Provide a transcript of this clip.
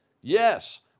Yes